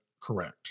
correct